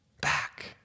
back